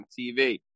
tv